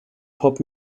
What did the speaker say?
pop